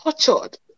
tortured